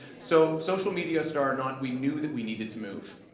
so social media star or not, we knew that we needed to move.